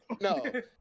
no